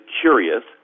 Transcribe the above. curious